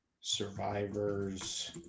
survivors